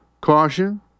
Caution